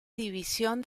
división